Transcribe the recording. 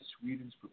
Sweden's